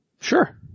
Sure